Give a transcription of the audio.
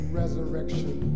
resurrection